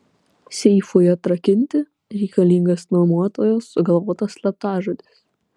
seifui atrakinti reikalingas nuomotojo sugalvotas slaptažodis